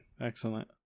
excellent